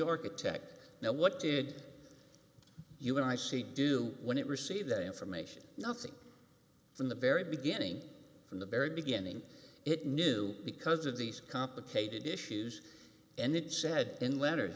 architect now what did you and i see do when it received that information nothing from the very beginning from the very beginning it knew because of these complicated issues and it said in letters